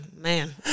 man